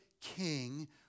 king